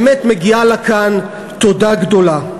באמת מגיעה לה כאן תודה גדולה.